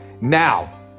Now